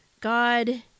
god